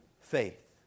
faith